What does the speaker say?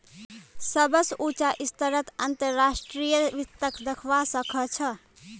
सबस उचा स्तरत अंतर्राष्ट्रीय वित्तक दखवा स ख छ